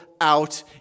out